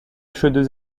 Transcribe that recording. chaudes